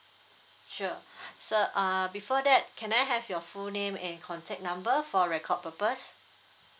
sure sir uh before that can I have your full name and contact number for record purpose